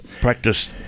Practice